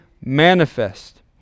manifest